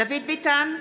דוד ביטן,